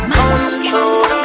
control